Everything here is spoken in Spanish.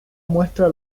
muestra